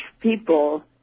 people